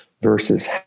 Versus